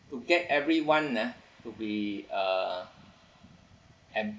to get everyone ah to be uh em~